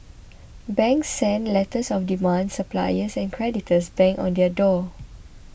banks sent letters of demand suppliers and creditors banged on their door